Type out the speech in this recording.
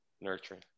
Nurturing